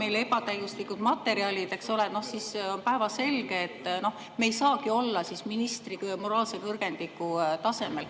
meile ebatäiuslikud materjalid, eks ole, siis on päevselge, et me ei saagi olla ministri moraalse kõrgendiku tasemel.